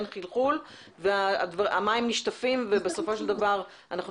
אין חלחול והמים נשטפים ובסופו של דבר אנחנו